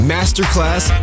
Masterclass